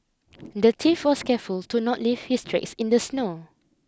the thief was careful to not leave his tracks in the snow